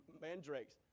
mandrakes